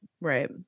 right